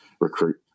recruit